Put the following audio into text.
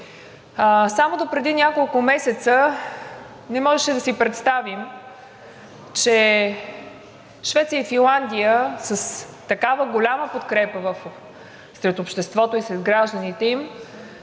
Само допреди няколко месеца не можеше да си представим, че Швеция и Финландия с такава голяма подкрепа сред обществото и сред гражданите им